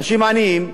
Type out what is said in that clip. אנשים עניים,